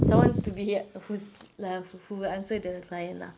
someone to be who's who will answer to the client lah